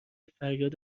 فریاد